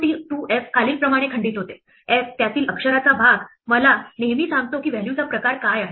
2f खालीलप्रमाणे खंडित होते f त्यातील अक्षराचा भाग मला नेहमी सांगतो की व्हॅल्यूचा प्रकार काय आहे